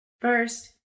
first